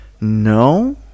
No